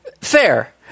Fair